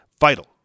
vital